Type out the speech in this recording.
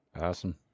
Awesome